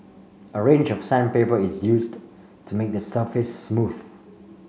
a range of sandpaper is used to make the surface smooth